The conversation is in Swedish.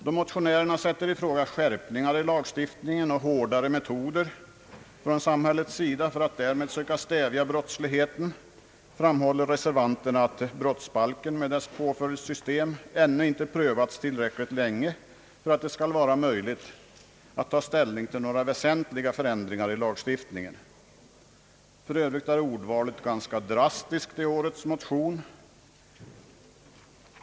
Då motionärerna sätter i fråga skärpningar i lagstiftningen och hårdare metoder från samhällets sida för att därmed söka stävja brottsligheten, framhåller reservanterna att brottsbalken med dess påföljdssystem ännu inte prövats tillräckligt länge för att det skall vara möjligt att ta ställning till några väsentliga förändringar i lagstiftningen. För övrigt är ordvalet ganska drastiskt i årets motion.